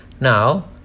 Now